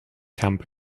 camp